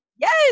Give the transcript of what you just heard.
Yes